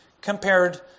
compared